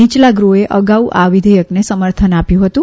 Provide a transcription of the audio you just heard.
નિચલા ગૃહે અગાઉ આ વિધેયકને સમર્થન આપ્યું હતું